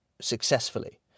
successfully